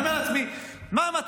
אני אומר לעצמי, מה המטרה?